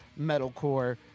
metalcore